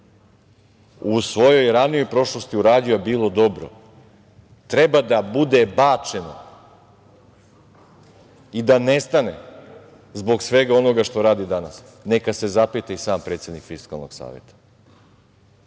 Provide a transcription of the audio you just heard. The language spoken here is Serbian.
u svojoj ranijoj prošlosti uradio bilo dobro? Treba da bude bačeno i da nestane zbog svega onoga što radi danas, neka se zapita i sam predsednik Fiskalnog